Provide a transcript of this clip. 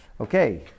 Okay